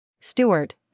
Stewart